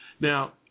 Now